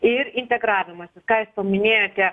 ir integravimasis ką jūs paminėjote